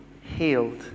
healed